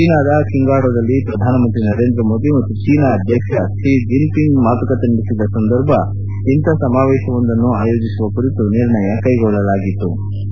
ಚೀನಾದ ಕಿಂಗಾಡೊದಲ್ಲಿ ಪ್ರಧಾನಮಂತ್ರಿ ನರೇಂದ್ರ ಮೋದಿ ಮತ್ತು ಚೀನಾ ಅಧ್ಯಕ್ಷ ಕ್ಲಿ ಜಿನ್ಪಿಂಗ್ ಮಾತುಕತೆ ನಡೆಸಿದ ಸಂದರ್ಭ ಇಂಥ ಸಮಾವೇಶವೊಂದನ್ನು ಆಯೋಜಿಸುವ ಕುರಿತು ನಿರ್ಣಯ ಕೈಗೊಂಡಿದ್ದರು